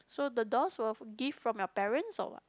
so the dolls were gift from your parents or what